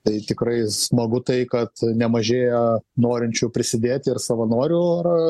tai tikrai smagu tai kad nemažėja norinčių prisidėti ir savanorių ir